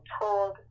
told